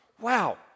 Wow